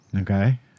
Okay